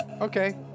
Okay